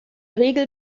regel